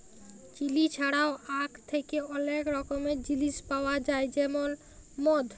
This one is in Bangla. চিলি ছাড়াও আখ থ্যাকে অলেক রকমের জিলিস পাউয়া যায় যেমল মদ